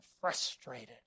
frustrated